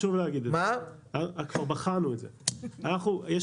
חשוב להגיד שכבר בחנו את זה ואנחנו עובדים על זה ביחד.